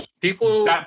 People